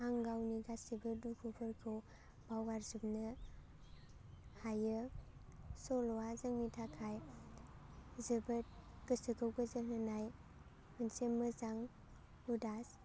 आं गावनि गासैबो दुखुफोरखौ बावगारजोबनो हायो सल'आ जोंनि थाखाय जोबोद गोसोखौ गोजोन होनाय मोनसे मोजां हुदास